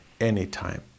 Anytime